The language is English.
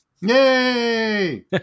Yay